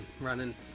running